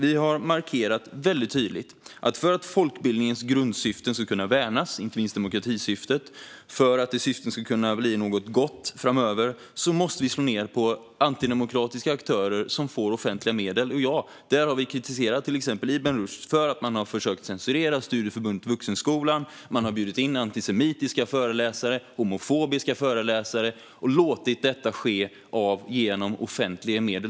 Vi har tydligt markerat att för att folkbildningens grundsyften, inte minst demokratisyftet, ska kunna värnas och för att det ska kunna leda till något gott framöver måste vi slå ned på antidemokratiska aktörer som får offentliga medel. Och ja, där har vi kritiserat till exempel Ibn Rushd för att man har försökt censurera Studieförbundet Vuxenskolan, att man har bjudit in antisemitiska föreläsare och homofobiska föreläsare och att man har låtit detta ske med hjälp av offentliga medel.